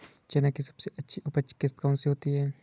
चना की सबसे अच्छी उपज किश्त कौन सी होती है?